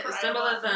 Symbolism